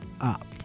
up